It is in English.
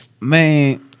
Man